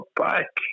back